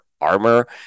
armor